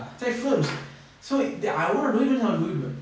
it's like films so they I want to do it means I want to do it [what]